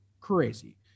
crazy